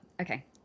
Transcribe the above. okay